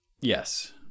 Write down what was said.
Yes